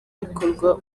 bikorwa